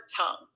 tongue